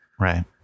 Right